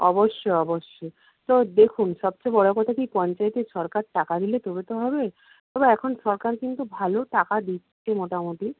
অবশ্যই অবশ্যই তো দেখুন সবচেয়ে বড়ো কথা কি পঞ্চায়েতে সরকার টাকা দিলে তবে তো হবে তবে এখন সরকার কিন্তু ভালো টাকা দিচ্ছে মোটামুটি